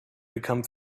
become